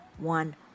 one